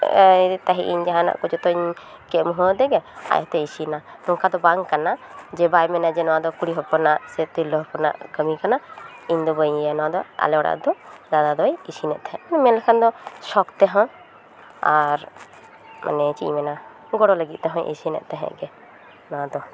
ᱟᱭ ᱛᱟᱱᱟᱹᱧ ᱡᱟᱦᱟᱸ ᱱᱟᱜ ᱠᱚ ᱡᱚᱛᱚᱧ ᱜᱮᱫ ᱢᱩᱦᱟᱹᱣ ᱟᱫᱮ ᱜᱮ ᱟᱡᱛᱮᱭ ᱤᱥᱤᱱᱟ ᱱᱚᱝᱠᱟ ᱫᱚ ᱵᱟᱝ ᱠᱟᱱᱟ ᱡᱮ ᱵᱟᱭ ᱢᱮᱱᱟ ᱡᱮ ᱱᱚᱣᱟ ᱫᱚ ᱠᱩᱲᱤ ᱦᱚᱯᱚᱱᱟᱜ ᱛᱤᱨᱞᱟᱹ ᱦᱚᱯᱚᱱᱟᱜ ᱠᱟᱹᱢᱤ ᱠᱟᱱᱟ ᱤᱧ ᱫᱚ ᱵᱟᱹᱧ ᱤᱭᱟᱹᱭᱟ ᱱᱚᱣᱟ ᱫᱚ ᱟᱞᱮ ᱚᱲᱟᱜ ᱨᱮᱫᱚ ᱫᱟᱫᱟ ᱫᱚᱭ ᱤᱥᱤᱱᱮᱫ ᱛᱟᱦᱮᱫ ᱢᱮᱱᱞᱮᱠᱷᱟᱱ ᱫᱚ ᱥᱚᱠ ᱛᱮᱦᱚᱸ ᱟᱨ ᱢᱟᱱᱮ ᱪᱮᱫ ᱤᱧ ᱢᱮᱱᱟ ᱜᱚᱲᱚ ᱞᱟᱹᱜᱤᱫ ᱛᱮᱦᱚᱸᱭ ᱤᱥᱤᱱᱮᱫ ᱛᱟᱦᱮᱫ ᱜᱮ ᱱᱚᱣᱟ ᱫᱚ